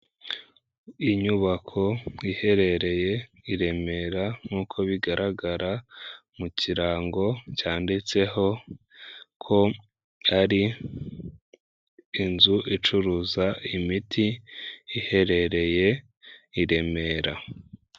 Inyubako iherereye i Remera nkuko bigaragara mu kirango cyanditseho ko ari inzu icuruza imiti iherereye i Remera.